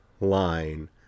line